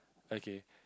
okay